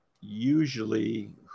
usually